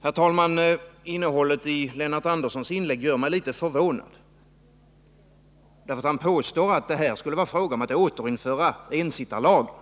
Herr talman! Innehållet i Lennart Anderssons inlägg gör mig litet förvånad. Han påstår att det skulle vara fråga om att återinföra ensittarlagen.